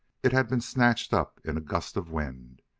it had been snatched up in a gust of wind.